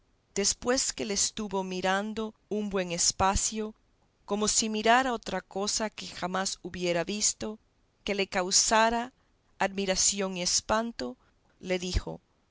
después que le estuvo mirando un buen espacio como si mirara otra cosa que jamás hubiera visto que le causara admiración y espanto le dijo no